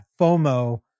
FOMO